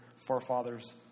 forefathers